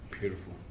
Beautiful